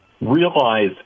realize